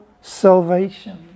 salvation